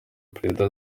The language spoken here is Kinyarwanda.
perezida